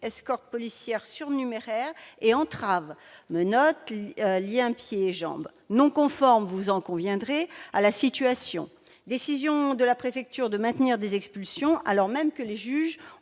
escortes policières surnuméraires et entraves- menottes, liens pieds et jambes -non conformes à la situation, décisions de la préfecture de maintenir des expulsions alors même que des juges